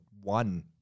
one